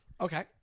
Okay